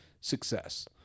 success